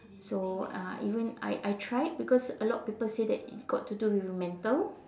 so uh even I I tried because a lot of people say that it's got to do with mental